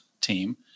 team